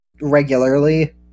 regularly